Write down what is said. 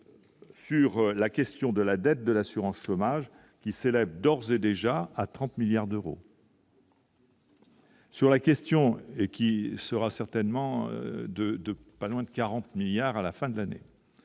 sur la question de la dette de l'assurance chômage qui s'élève d'ores et déjà à 30 milliards d'euros. Sur la question et qui sera certainement de de pas loin de 40 milliards à la fin de l'année